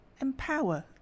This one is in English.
Empower